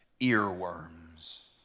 Earworms